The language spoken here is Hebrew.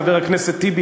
חבר הכנסת טיבי,